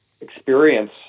experience